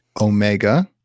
Omega